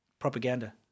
Propaganda